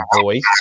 voice